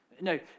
No